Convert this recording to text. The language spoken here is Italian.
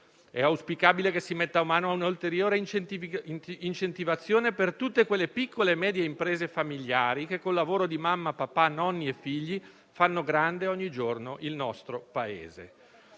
È auspicabile che si metta mano ad un'ulteriore incentivazione per tutte quelle piccole e medie imprese familiari che, col lavoro di mamma, papà, nonni e figli, fanno grande ogni giorno il nostro Paese.